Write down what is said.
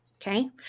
Okay